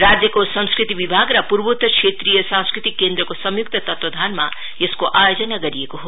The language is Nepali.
राज्यको संस्कृति विभाग र पूर्वोत्तर क्षेत्रिय सांस्कृतिक केन्द्रको संयुक्त तत्वावधानमा यसको आयोजना गरिएको हो